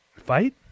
fight